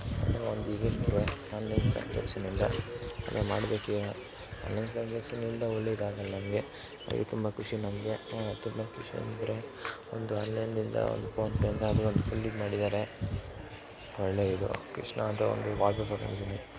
ಒಳ್ಳೆಯ ಒಂದು ಇದಿರ್ತದೆ ಆನ್ಲೈನ್ ಟ್ರಾಂಜಾಕ್ಷನ್ ಇಂದ ಏನೇ ಮಾಡ್ಬೇಕು ಆನ್ಲೈನ್ ಟ್ರಾಂಜಾಕ್ಷನ್ ಇಂದ ಒಳ್ಳೆಯ ಇದಾಗೋಲ್ಲ ನಮಗೆ ಈ ತುಂಬ ಖುಷಿ ನಮಗೆ ಹ್ಞೂ ತುಂಬ ಖುಷಿ ಆಗುತ್ತೆ ಒಂದು ಆನ್ಲೈನ್ ಇಂದ ಫುಲ್ ಇದು ಮಾಡಿದ್ದಾರೆ ಒಳ್ಳೆಯ ಇದು ಕೃಷ್ಣ ಅಂತ ಒಂದು ವಾಲ್ ಪೇಪರ್ ಮಾಡಿದ್ದೀನಿ